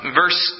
verse